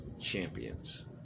champions